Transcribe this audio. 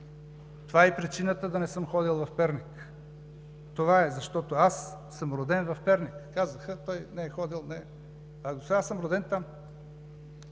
Това е и причината да не съм ходил в Перник – това е, защото аз съм роден в Перник. Казаха: „той не е ходил“, а аз съм роден там.